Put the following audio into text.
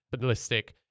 ballistic